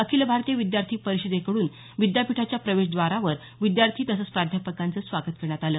अखिल भारतीय विद्यार्थी परिषदेकडून विद्यापीठाच्या प्रवेशद्वारावर विद्यार्थी तसंच प्राध्यापकांचं स्वागत करण्यात आलं